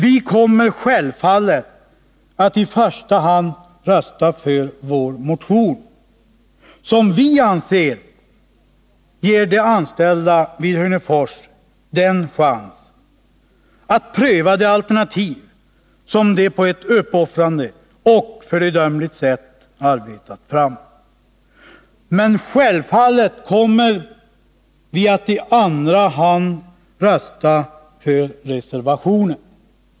Vi kommer självfallet att i första hand rösta för vår motion, som vi anser ger de anställda vid Hörnefors chansen att pröva det alternativ som de på ett uppoffrande och föredömligt sätt arbetat fram. Men vi kommer naturligtvis att i andra hand rösta för reservationen.